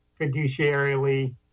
fiduciarily